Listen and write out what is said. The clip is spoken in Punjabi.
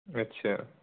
ਅੱਛਾ